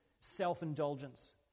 self-indulgence